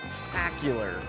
spectacular